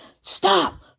Stop